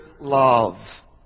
love